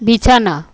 বিছানা